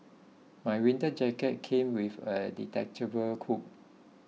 my winter jacket came with a detachable cool